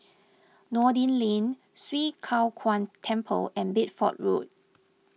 Noordin Lane Swee Kow Kuan Temple and Bedford Road